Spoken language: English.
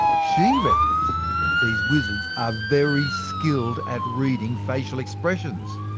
she reckons that these wizards are very skilled at reading facial expressions.